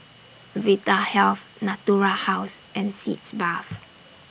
Vitahealth Natura House and Sitz Bath